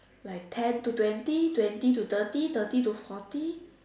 like ten to twenty twenty to thirty thirty to forty